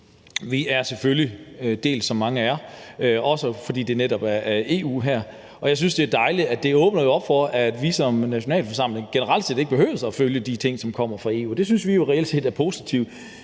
det selvfølgelig lidt dobbelt som mange, også fordi det netop er EU. Jeg synes, det er dejligt, at det åbner op for, at vi som nationalforsamling generelt set ikke behøver at følge de ting, som kommer fra EU, og det synes vi jo reelt set er positivt